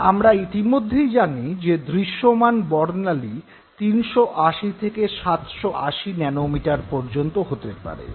আমরা ইতিমধ্যেই জানি যে দৃশ্যমান বর্ণালী ৩৮০ থেকে ৭৮০ ন্যানোমিটার পর্যন্ত হতে পারে